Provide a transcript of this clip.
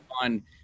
fun